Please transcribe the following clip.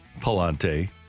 Palante